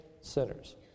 sinners